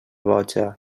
boja